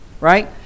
Right